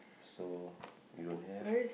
so you don't have